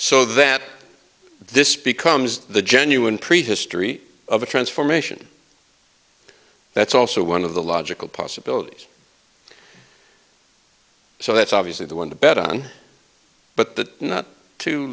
so that this becomes the genuine prehistory of a transformation that's also one of the logical possibilities so that's obviously the one to bet on but that not too